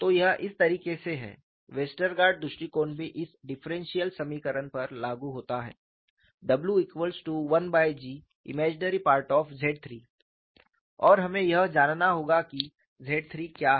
तो यह इस तरीके से है वेस्टरगार्ड दृष्टिकोण भी इस डिफरेंशियल समीकरण पर लागू होता है w1GIm ZIII और हमें यह जानना होगा कि ZIII क्या है